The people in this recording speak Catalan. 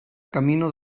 camino